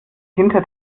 hinter